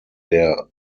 der